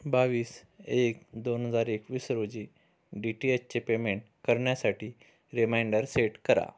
बावीस एक दोन हजार एकवीस रोजी डी टी एचचे पेमेंट करण्यासाठी रिमाइंडर सेट करा